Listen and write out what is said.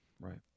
right